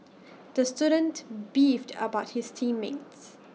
the student beefed about his team mates